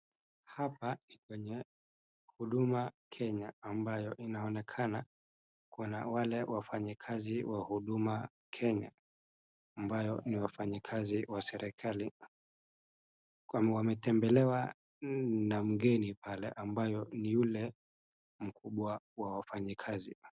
Hapa ni kwenye Huduma Kenya ambayo inaonekana kuwa na wale wafanyakazi wa Huduma Kenya, ambayo ni wafanyikazi wa serikali na wametembelewa na mgeni pale ambayo ni yule mkubwa wa wafanyikazi.